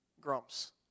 grumps